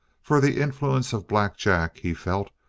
for the influence of black jack, he felt,